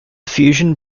fusion